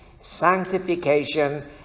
sanctification